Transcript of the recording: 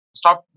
stop